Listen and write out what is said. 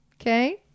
Okay